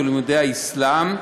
בלימודי האסלאם,